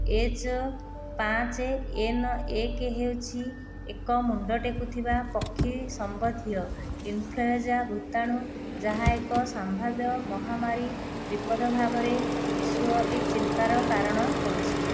H ପାଞ୍ଚ N ଏକ ହେଉଛି ଏକ ମୁଣ୍ଡ ଟେକୁଥିବା ପକ୍ଷୀ ସମ୍ବନ୍ଧୀୟ ଇନ୍ଫ୍ଲୁଏଞ୍ଜା ଭୂତାଣୁ ଯାହା ଏକ ସାମ୍ଭାବ୍ୟ ମହାମାରୀ ବିପଦ ଭାବରେ ବିଶ୍ୱବ୍ୟାପୀ ଚିନ୍ତାର କାରଣ ହେଉଛି